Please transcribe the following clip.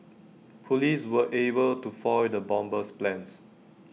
Police were able to foil the bomber's plans